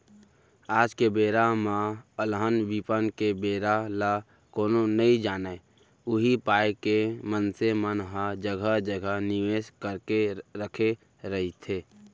आज के बेरा म अलहन बिपत के बेरा ल कोनो नइ जानय उही पाय के मनसे मन ह जघा जघा निवेस करके रखे रहिथे